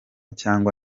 cyangwa